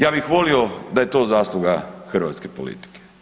Ja bih volio da je to zasluga hrvatske politike.